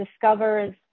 discovers